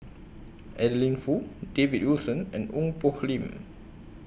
Adeline Foo David Wilson and Ong Poh Lim